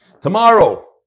tomorrow